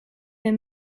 een